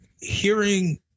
hearing